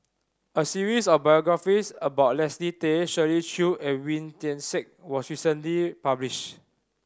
a series of biographies about Leslie Tay Shirley Chew and Wee Tian Siak was recently published